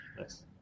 Nice